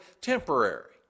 temporary